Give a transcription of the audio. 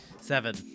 Seven